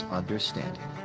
understanding